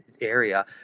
area